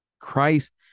Christ